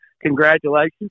congratulations